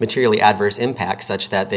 materially adverse impacts such that they